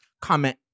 comment